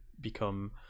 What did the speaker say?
become